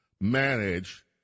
manage